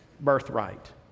birthright